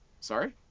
Sorry